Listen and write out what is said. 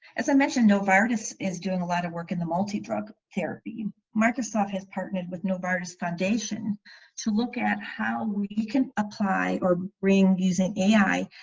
i mentioned novartis is doing a lot of work in the multi drug therapy. microsoft has partnered with novartis foundation to look at how you can apply or bring, using ai,